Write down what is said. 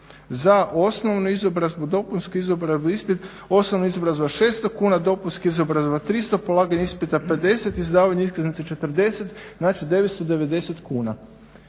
Za osnovnu izobrazbu, dopunsku izobrazbu, ispit, osnovna izobrazba 600 kuna, dopunska izobrazba 300, polaganje ispita 50, izdavanje iskaznice 40, znači 990 kuna.